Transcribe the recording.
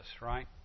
right